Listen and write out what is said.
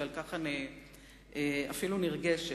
ועל כך אני אפילו נרגשת.